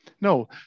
No